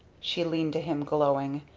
she leaned to him, glowing,